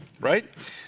right